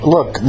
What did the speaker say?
Look